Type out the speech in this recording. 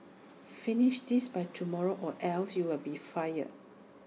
finish this by tomorrow or else you'll be fired